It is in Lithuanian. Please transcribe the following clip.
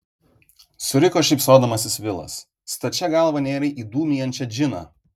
suriko šypsodamasis vilas stačia galva nėrei į dūmijančią džiną